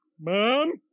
Mom